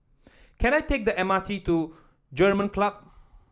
can I take the M R T to German Club